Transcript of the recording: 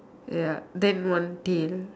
ya then one tail